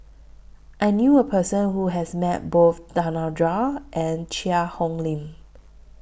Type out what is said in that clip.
I knew A Person Who has Met Both Danaraj and Cheang Hong Lim